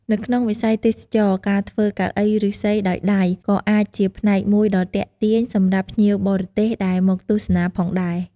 នៅក្នុងវិស័យទេសចរណ៍ ការធ្វើកៅអីឫស្សីដោយដៃ ក៏អាចជាផ្នែកមួយដ៏ទាក់ទាញសម្រាប់ភ្ញៀវបរទេសដែលមកទស្សនាផងដែរ។